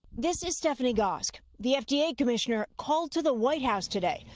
this is stephanie gosk. the fda commissioner called to the white house today.